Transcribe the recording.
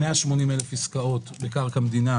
180 אלף עסקאות בקרקע מדינה